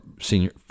senior